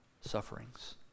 sufferings